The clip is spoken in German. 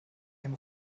dem